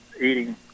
eating